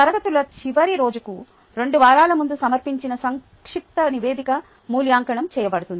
తరగతుల చివరి రోజుకు 2 వారాల ముందు సమర్పించిన సంక్షిప్త నివేదిక మూల్యాంకనం చేయబడుతుంది